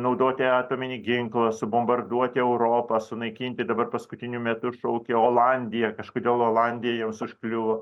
naudoti atominį ginklą subombarduoti europą sunaikinti dabar paskutiniu metu šaukia olandiją kažkodėl olandija jiems užkliuvo